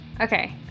Okay